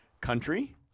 Country